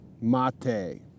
mate